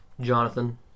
Jonathan